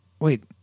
Wait